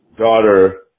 daughter